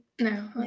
No